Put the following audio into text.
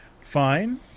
fine